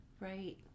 Right